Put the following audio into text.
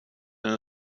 denn